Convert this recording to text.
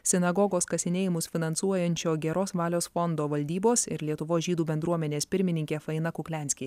sinagogos kasinėjimus finansuojančio geros valios fondo valdybos ir lietuvos žydų bendruomenės pirmininkė faina kukliansky